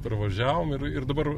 pravažiavom ir ir dabar